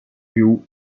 rio